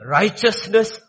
righteousness